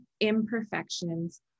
imperfections